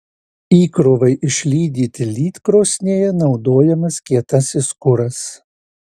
įkrovai išlydyti lydkrosnėje naudojamas kietasis kuras